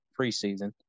preseason